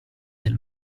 del